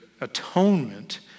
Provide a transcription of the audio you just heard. atonement